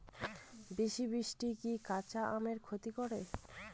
বেশি বৃষ্টি কি কাঁচা আমের ক্ষতি করে?